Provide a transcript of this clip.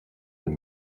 elle